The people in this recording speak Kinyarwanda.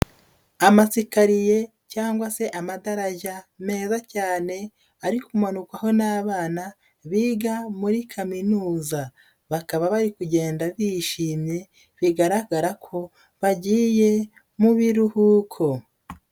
Amasikariye cyangwa se amagarajya meza cyane ari kumanukaho n'abana biga muri kaminuza, bakaba bari kugenda bishimye bigaragara ko bagiye mu biruhuko.